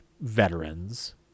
veterans